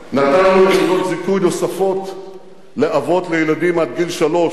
נתנו נקודות זיכוי נוספות לאבות לילדים עד גיל שלוש,